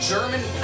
German